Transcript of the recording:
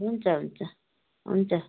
हुन्छ हुन्छ हुन्छ